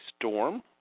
Storm